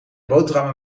boterhammen